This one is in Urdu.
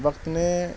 وقت نے